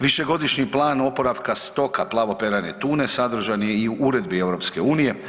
Višegodišnji plan oporavka stoka plavoperajne tune sadržan je i u Uredbi EU.